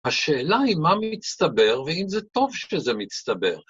השאלה היא מה מצטבר ואם זה טוב שזה מצטבר.